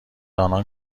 آنان